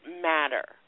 matter